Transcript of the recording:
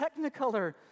technicolor